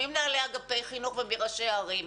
ממנהלי אגפי חינוך ומראשי ערים.